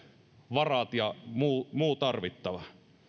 varat ja muu muu tarvittava